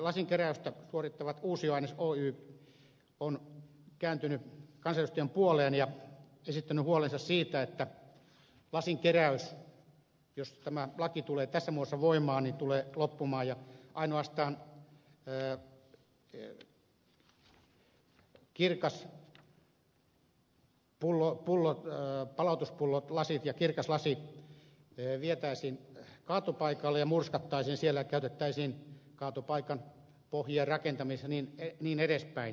lasinkeräystä suorittava uusioaines oy on kääntynyt kansanedustajan puoleen ja esittänyt huolensa siitä että lasinkeräys jos tämä laki tulee tässä muodossa voimaan tulee loppumaan ja ainoastaan palautuspullot lasit ja kirkas lasi vietäisiin kaatopaikalle ja murskattaisiin siellä ja käytettäisiin kaatopaikan pohjien rakentamisessa ja niin edelleen